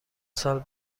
سال